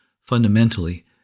Fundamentally